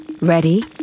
Ready